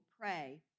pray